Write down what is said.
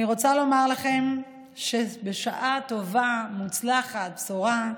אני רוצה לומר לכם שבשעה טובה ומוצלחת, בשורה: